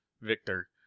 Victor